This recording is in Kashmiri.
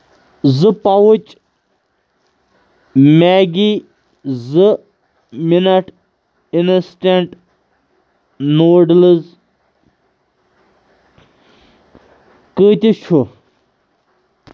زٕ پاوچ میگی زٕ مِنٹ اِنسٹنٛٹ نوٗڈٕلز قۭتِس چھُ